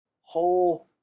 whole